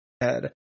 head